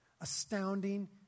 Astounding